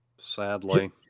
Sadly